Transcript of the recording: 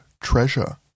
treasure